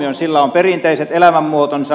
sillä on perinteiset elämänmuotonsa